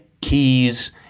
Keys